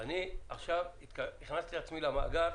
את עצמי למאגר